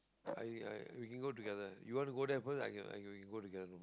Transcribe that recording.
I I we can go together you want to go there first I can I can go together no